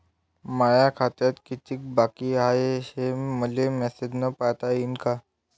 माया खात्यात कितीक बाकी हाय, हे मले मेसेजन पायता येईन का?